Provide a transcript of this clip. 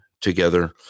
together